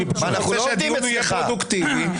אני רוצה שהדיון יהיה פרודוקטיבי.